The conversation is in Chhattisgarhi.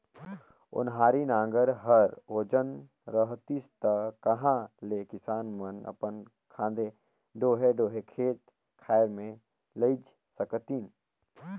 ओन्हारी नांगर हर ओजन रहतिस ता कहा ले किसान मन अपन खांधे डोहे डोहे खेत खाएर मे लेइजे सकतिन